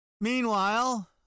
meanwhile